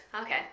Okay